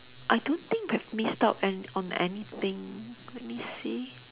I don't think we miss out an~ on anything let me see